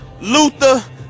Luther